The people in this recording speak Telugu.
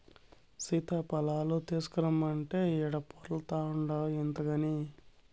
సీతాఫలాలు తీసకరమ్మంటే ఈడ పొర్లాడతాన్డావు ఇంతగని